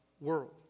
world